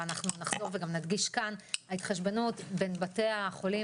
ואנחנו גם נחזור ונדגיש כאן: ההתחשבנות בין בתי החולים